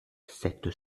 cette